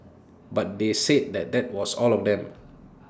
but they said that that was all of them